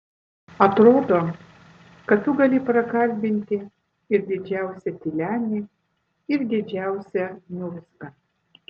atrodo kad tu gali prakalbinti ir didžiausią tylenį ir didžiausią niurzgą